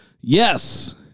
Yes